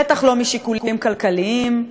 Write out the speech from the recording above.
בטח לא משיקולים כלכליים.